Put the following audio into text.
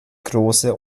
große